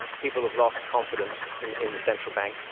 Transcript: people have lost confi dence in in the central bank,